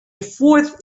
fourth